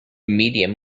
medium